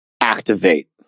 activate